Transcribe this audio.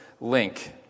link